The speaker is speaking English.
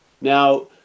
Now